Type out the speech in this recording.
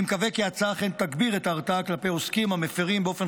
אני מקווה כי ההצעה אכן תגביר את ההרתעה כלפי עוסקים המפירים באופן